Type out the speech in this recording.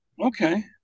Okay